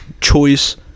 choice